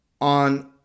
on